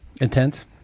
intense